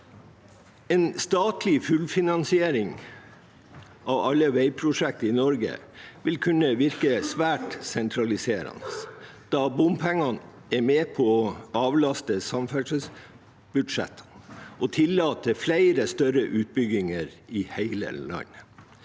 En statlig fullfinansiering av alle veiprosjekter i Norge vil kunne virke svært sentraliserende, da bompengene er med på å avlaste samferdselsbudsjett og tillater flere større utbygginger i hele landet.